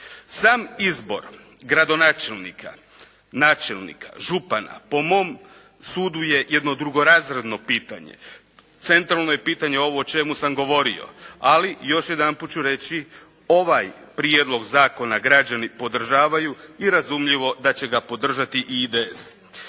Sam izbor gradonačelnika, načelnika, župana po mom sudu je jedno drugorazredno pitanje. Centralno pitanje je ovo o čemu sam govorio, ali još jedanput ću reći ovaj prijedlog zakona građani podržavaju i razumljivo da će ga podržati i IDS.